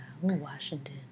Washington